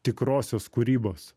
tikrosios kūrybos